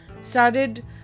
started